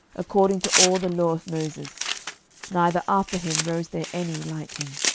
according to all the law of moses neither after him arose there any like him.